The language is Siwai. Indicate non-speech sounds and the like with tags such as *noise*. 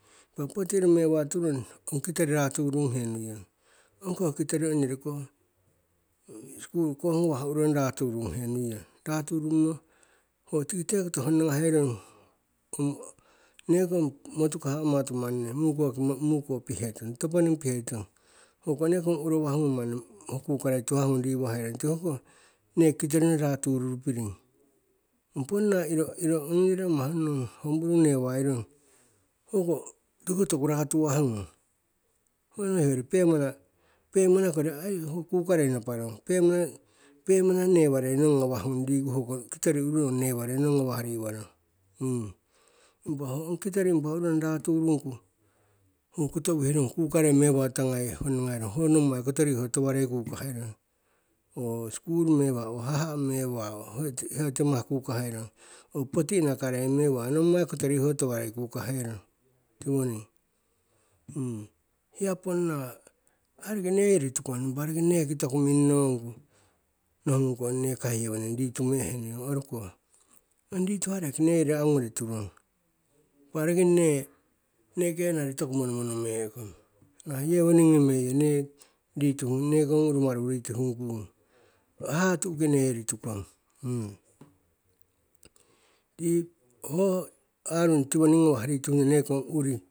Ho poti iro mewa turong, ong kitori ratu rurunghe nuiyong. Ong koh kitori ongyori koh *hesitation* sikulu koh ngawah ururong raturungrung he nuiyong, raturungrung yo, ho tikite koto honna gaherong *hesitation* ong nekong motu kah amatu manni mukoki <> muko pihetong toponing pihetong. Hoko nekong urowah ngung manni ho kukarei tuhah ngung riwaherong tiko hoko neki kitorino ratururupiring. Ong ponna iro, iro ongyori amah *unintelligible* hoko mukumuku muru ngawarong, hoko tiko hoko toku ratuwah ngung. Ho noi hoyori pemana, pemana kori ai ho kukarei naparong, pemana, pemana newarei nong ngawah ngung riku hoko kitori noi newairei nong ngawah riwarong. *hesitation* impa ho ong kitori impa ururong raturungku, ho koto uwihe rong kukarei mewa tagai honnaga herong, ho nommai kotori ho tawarei kukahe rong. Ho sikulu mewa ong, haha'a mewa ong, ho, ho timah kukaherong, ong poti inakarei mewa, nommai koto riho tawarei kukaherong, tiwoning. *hesitation* Hiya ponna ai roki neyori tukong impa roki neki toku minnong ku, nohung kong nekai yewoning ritume'e henuiyong oruko. Ong rituharei roki neyori agukori turong, impa roki ne, nekenari toku monomono me'ekong. Nahah, yewoning gomeiyo nne rituhung, nekong rumaru rituhung kung. Haha'a tu'uki neyori tukong *hesitation* ni ho arung tiwoning gawah rituhungyo nekong uri.